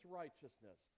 righteousness